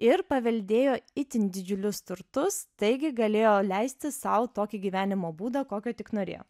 ir paveldėjo itin didžiulius turtus taigi galėjo leisti sau tokį gyvenimo būdą kokio tik norėjo